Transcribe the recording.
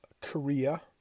Korea